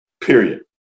period